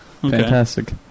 Fantastic